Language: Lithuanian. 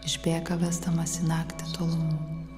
išbėga vesdamasi į naktį tolumon